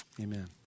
Amen